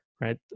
right